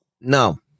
No